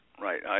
right